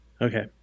Okay